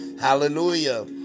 Hallelujah